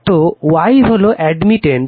তো Y হলো admittance